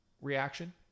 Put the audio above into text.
reaction